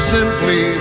Simply